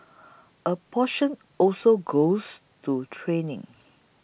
a portion also goes to training